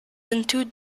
into